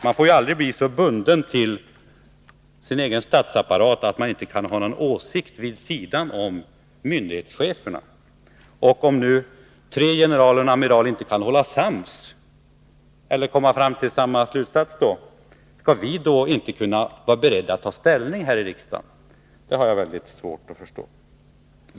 Man får aldrig bli så bunden till sin egen statsapparat att man inte kan ha en egen åsikt vid sidan om myndighetschefernas. Om nu tre generaler och en amiral inte kan hålla sams eller komma fram till samma slutsats, skall vi då inte kunna vara beredda att ta ställning här i riksdagen? Det har jag väldigt svårt att förstå.